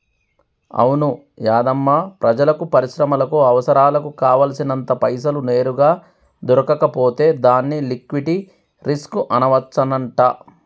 అవును యాధమ్మా ప్రజలకు పరిశ్రమలకు అవసరాలకు కావాల్సినంత పైసలు నేరుగా దొరకకపోతే దాన్ని లిక్విటీ రిస్క్ అనవచ్చంట